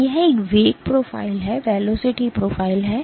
तो यह एक वेग प्रोफ़ाइल है